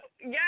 yes